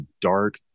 dark